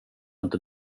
inte